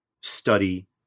study